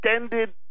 extended